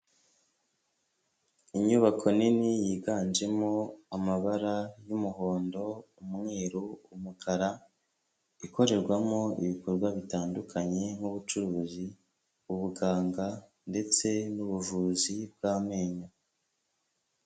Inyubako nini yiganjemo amabara y'umuhondo, umweru, umukara, ikorerwamo ibikorwa bitandukanye nk'ubucuruzi, ubuganga ndetse n'ubuvuzi bw'amenyo.